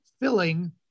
filling